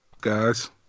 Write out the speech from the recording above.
Guys